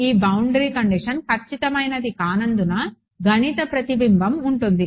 ఈ boundary condition ఖచ్చితమైనది కానందున గణిత ప్రతిబింబం ఉంటుంది